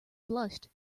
blushed